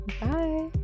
Bye